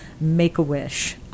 Make-A-Wish